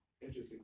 Interesting